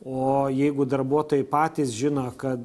o jeigu darbuotojai patys žino kad